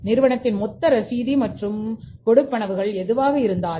நிறுவனத்தின் மொத்த ரசீது மற்றும் கொடுப்பனவுகள் எதுவாக இருந்தாலும்